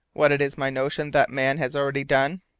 what it is my notion that man has already done?